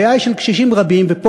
הבעיה של קשישים רבים,